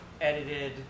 edited